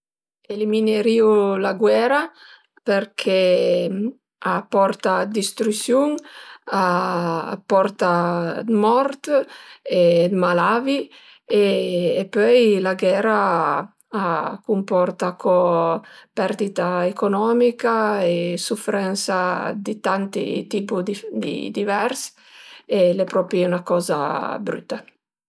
Eliminirìu la guera përché a porta dë distrüsiun, a porta 'd mort e 'd malavi e pöi la guera a cumporta co dë perdita economica e sufrense dë tanti tipi divers e al propi 'na coze brüta